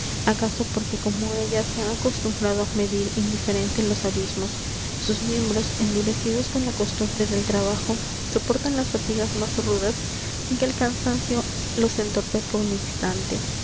acaso porque como ella se ha acostumbrado á medir indiferente los abismos sus miembros endurecidos con la costumbre del trabajo soportan las fatigas más rudas sin que el cansancio los entorpezca un instante